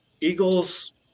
Eagles